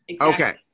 Okay